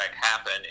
happen